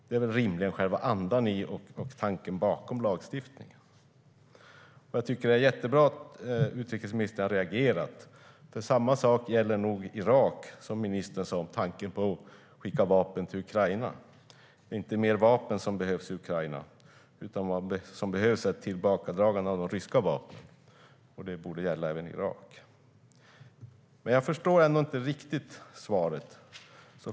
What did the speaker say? Det är väl rimligen andan i och tanken bakom lagstiftningen. Det är bra att utrikesministern har reagerat. Samma sak gäller Irak som tankarna om att skicka vapen till Ukraina. Det är inte mer vapen som behövs i Ukraina, utan vad som behövs är ett tillbakadragande av de ryska vapnen. Det borde gälla även Irak. Jag förstår ändå inte riktigt svaret.